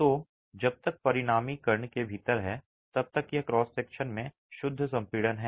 तो जब तक परिणामी कर्न के भीतर है तब तक यह क्रॉस सेक्शन में शुद्ध संपीड़न है